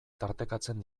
tartekatzen